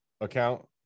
account